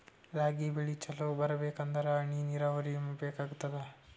ರಾಗಿ ಬೆಳಿ ಚಲೋ ಬರಬೇಕಂದರ ಹನಿ ನೀರಾವರಿ ಬೇಕಾಗತದ?